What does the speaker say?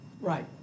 Right